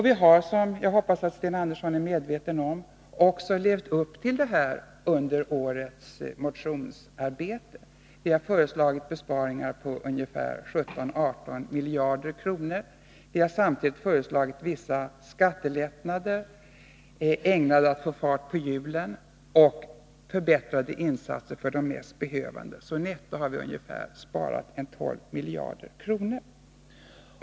Vi har, vilket jag hoppas att Sten Andersson är medveten om, också levt upp till detta under årets motionsarbete; vi har föreslagit besparingar på 17-18 miljarder kronor, vi har samtidigt föreslagit vissa skattelättnader ägnade att få fart på hjulen och vi har föreslagit förbättrade insatser för de mest behövande. Netto har vi sparat ungefär 12 miljarder kronor.